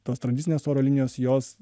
tos tradicinės oro linijos jos